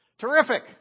terrific